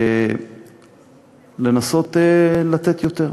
לנסות לתת יותר.